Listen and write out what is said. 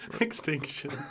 Extinction